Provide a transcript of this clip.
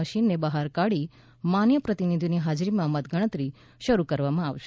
મશીનને બહાર કાઢી માન્ય પ્રતિનિધિઓની હાજરીમાં મતગણતરી શરૂ કરવામાં આવશે